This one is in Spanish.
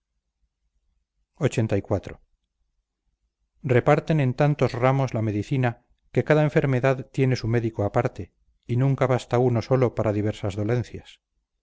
los demás lxxxiv reparten en tantos ramos la medicina que cada enfermedad tiene su médico aparte y nunca basta uno solo para diversas dolencias